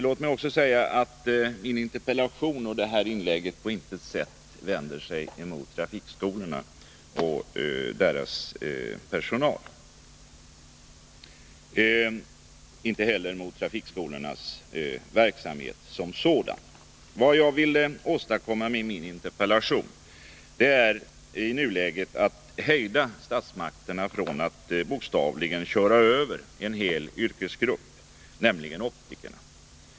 Låt mig också säga att min interpellation och det här inlägget på intet sätt vänder sig mot trafikskolorna och deras personal, inte heller mot trafikskolornas verksamhet som sådan. Vad jag vill åstadkomma med min interpellation är i nuläget att hejda statsmakterna från att bokstavligen köra över en hel yrkesgrupp, nämligen optikerna.